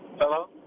Hello